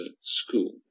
school